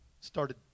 Started